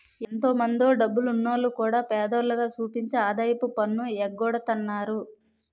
ఎంతో మందో డబ్బున్నోల్లు కూడా పేదోల్లుగా సూపించి ఆదాయపు పన్ను ఎగ్గొడతన్నారు